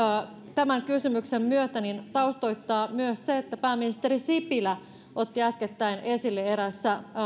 tämän kysymyksen myötä taustoittaa myös se että pääministeri sipilä otti äskettäin esille eräässä